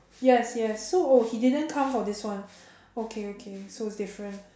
yes yes so oh he didn't come for this one okay okay so it's different